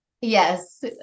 Yes